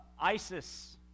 ISIS